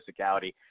physicality